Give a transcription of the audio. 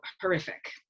horrific